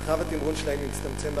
מרחב התמרון שלהם הצטמצם.